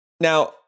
Now